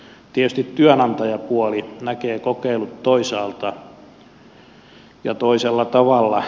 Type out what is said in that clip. tietysti työnantajapuoli näkee kokeilut toisaalta ja toisella tavalla